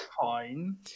fine